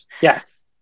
Yes